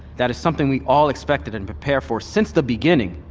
that is something we all expected and prepared for since the beginning.